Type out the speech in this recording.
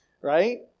right